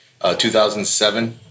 2007